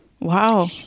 Wow